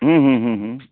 हूँ हूँ हूँ हूँ